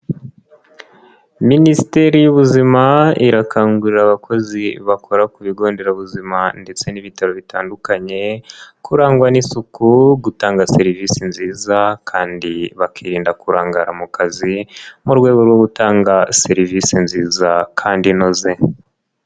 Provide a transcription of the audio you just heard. Minisiteri y'Ubuzima irakangurira abakozi bakora ku bigo nderabuzima ndetse n'ibitaro bitandukanye, kurangwa n'isuku, gutanga serivisi nziza kandi bakirinda kurangara mu kazi, mu rwego rwo gutanga serivisi nziza kandi inoze.